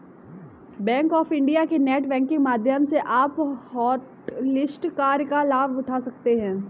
bank of India के net banking माध्यम से भी आप हॉटलिस्ट कार्ड का लाभ उठा सकते हैं